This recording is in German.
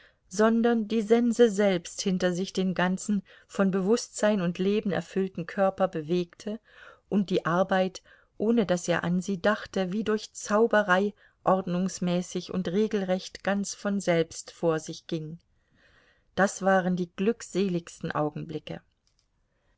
sondern die sense selbst hinter sich den ganzen von bewußtsein und leben erfüllten körper bewegte und die arbeit ohne daß er an sie dachte wie durch zauberei ordnungsmäßig und regelrecht ganz von selbst vor sich ging das waren die glückseligsten augenblicke